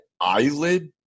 eyelid –